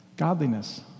Godliness